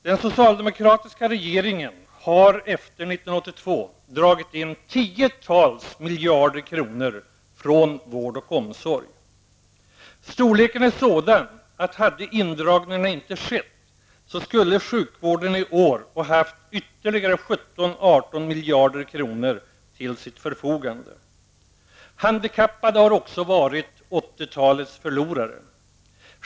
Den socialdemokratiska regeringen har efter 1982 dragit in tiotals miljarder kronor från vård och omsorg. Storleken är sådan att om indragningarna inte hade skett skulle sjukvården i år ha haft ytterligare 17--18 miljarder kronor till sitt förfogande. Handikappade har också varit 80-talets förlorare.